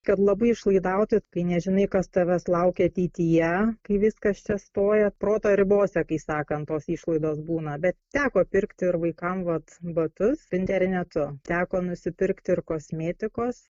kad labai išlaidauti kai nežinai kas tavęs laukia ateityje kai viskas čia stoja proto ribose kai sakant tos išlaidos būna bet teko pirkti ir vaikam vat batus internetu teko nusipirkti ir kosmetikos